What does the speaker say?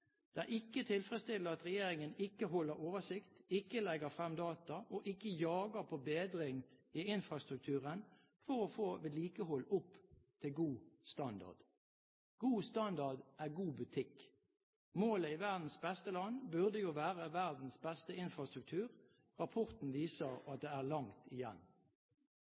Det er ikke tilfredsstillende at regjeringen ikke holder oversikt, ikke legger frem data og ikke jager på bedring i infrastrukturen for å få vedlikeholdet opp til god standard. God standard er god butikk. Målet i verdens beste land burde jo være verdens beste infrastruktur. Rapporten viser at det er langt igjen.